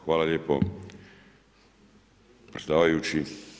Hvala lijepa predsjedavajući.